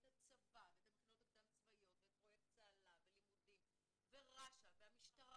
הצבא ואת המכינות הקדם צבאיות ואת פרויקט צהלה ולימודים ורש"א והמשטרה,